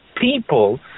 people